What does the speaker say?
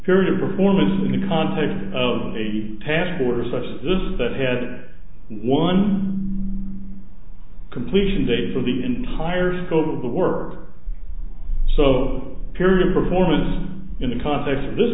period performance in the context of the past quarter such as this is that had one completion date for the entire scope of the work so period performance in the context of this